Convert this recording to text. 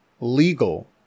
legal